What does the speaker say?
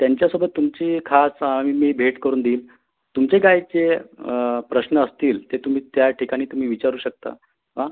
त्यांच्यासोबत तुमची खास मी भेट करून देईन तुमचे काय जे प्रश्न असतील ते तुम्ही त्याठिकाणी तुम्ही विचारु शकता